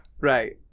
right